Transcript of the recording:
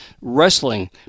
wrestling